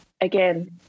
again